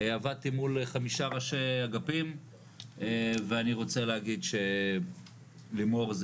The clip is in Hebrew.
עבדתי מול 5 ראשי אגפים ואני רוצה להגיד שלימור זה